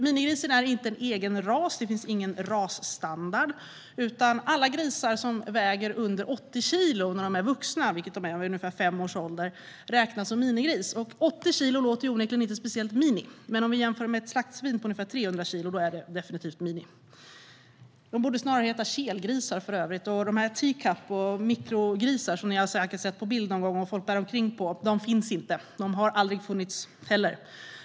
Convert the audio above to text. Minigrisen är inte en egen ras - det finns ingen rasstandard - utan alla grisar som väger under 80 kilo när de är vuxna, vilket de är vid ungefär fem års ålder, räknas som minigrisar. 80 kilo låter onekligen inte speciellt "mini". Men om man jämför med ett slaktsvin på ungefär 300 kilo är det definitivt "mini". De borde för övrigt snarare heta "kelgrisar". Teacup och mikrogrisar, som ni säkert har sett på bild någon gång och folk bär omkring på, de finns inte. De har heller aldrig funnits.